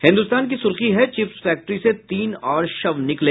हिन्दुस्तान की सुर्खी है चिप्स फैक्ट्री से तीन और शव निकले